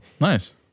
Nice